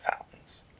fountains